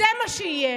זה מה שיהיה.